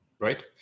Right